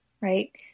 Right